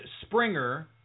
Springer